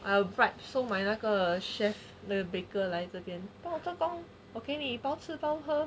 I will bribe 收买那个 chef 还有 baker 来这边我给你包吃包喝